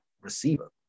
receiver